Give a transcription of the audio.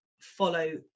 follow